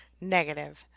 negative